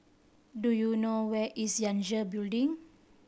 do you know where is Yangtze Building